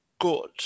good